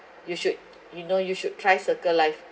you should you know you should try circle life